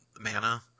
mana